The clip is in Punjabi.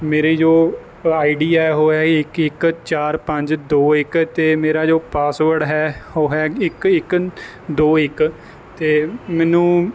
ਮੇਰੀ ਜੋ ਆਈ ਡੀ ਹੈ ਉਹ ਹੈ ਇੱਕ ਇੱਕ ਚਾਰ ਪੰਜ ਦੋ ਇੱਕ ਅਤੇ ਮੇਰਾ ਜੋ ਪਾਸਵਰਡ ਹੈ ਉਹ ਹੈ ਇੱਕ ਇੱਕ ਦੋ ਇੱਕ ਅਤੇ ਮੈਨੂੰ